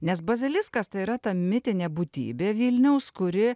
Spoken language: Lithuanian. nes baziliskas tai yra ta mitinė būtybė vilniaus kuri